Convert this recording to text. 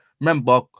remember